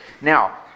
Now